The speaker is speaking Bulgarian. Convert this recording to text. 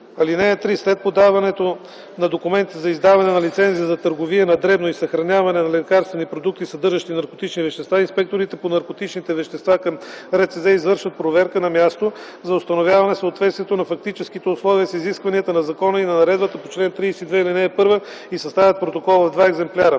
(3) След подаването на документите за издаване на лицензия за търговия на дребно и съхраняване на лекарствени продукти, съдържащи наркотични вещества, инспекторите по наркотичните вещества към РЦЗ извършват проверка на място за установяване съответствието на фактическите условия с изискванията на закона и на наредбата по чл. 32, ал. 1 и съставят протокол в два екземпляра.